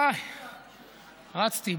איי, רצתי.